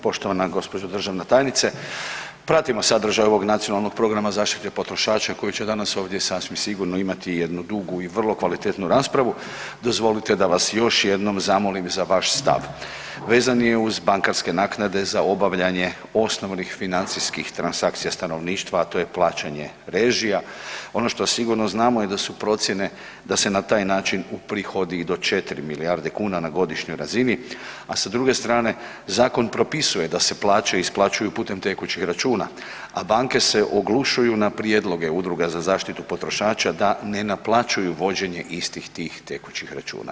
Poštovana gđo. državna tajnice, pratimo sadržaj ovog nacionalnog programa zaštite potrošača koji će danas ovdje sasvim sigurno imati i jednu dugu i vrlo kvalitetnu raspravu, dozvolite da vas još jednom zamolim za vaš stav, vezan je uz bankarske naknade za obavljanje osnovnih financijskih transakcija stanovništva a to je plaćanje režija, ono što sigurno znamo je da su procjene da se na taj način uprihodi i do 4 milijardi kn na godišnjoj razini a sa druge strane, zakon propisuje da se plaće isplaćuju putem tekućih računa a banke se oglušuju na prijedloge udruga za zaštitu potrošača da ne naplaćuju vođenje istih tih tekućih računa.